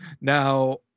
now